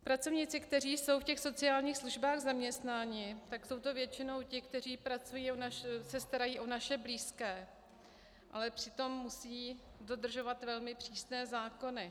Pracovníci, kteří jsou v sociálních službách zaměstnáni, tak jsou to většinou ti, kteří pracují a starají se o naše blízké, ale přitom musí dodržovat velmi přísné zákony.